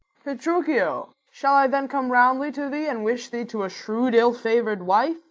petruchio, shall i then come roundly to thee and wish thee to a shrewd ill-favour'd wife?